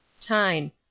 Time